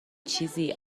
چیزی